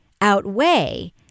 outweigh